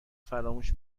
فراموش